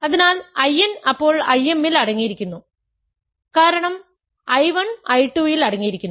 അതിനാൽ I n അപ്പോൾ I m ൽ അടങ്ങിയിരിക്കുന്നു കാരണം I1 I2 ൽ അടങ്ങിയിരിക്കുന്നു